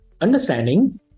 understanding